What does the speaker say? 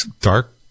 dark